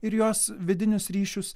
ir jos vidinius ryšius